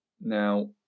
Now